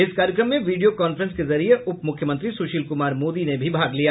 इस कार्यक्रम में वीडियो कांफ्रेंस के जरिये उप मुख्यमंत्री सुशील कुमार मोदी ने भी भाग लिया